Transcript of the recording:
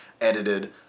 edited